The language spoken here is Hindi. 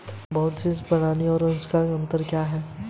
निम्नलिखित में से कौन सा सही है?